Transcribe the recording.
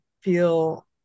feel